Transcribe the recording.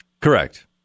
Correct